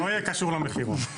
שלא יהיה קשור למחירון.